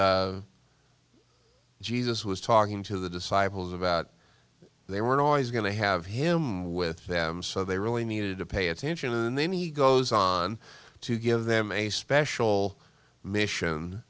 that jesus was talking to the disciples about they were always going to have him with them so they really needed to pay attention and then he goes on to give them a special mission